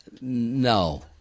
No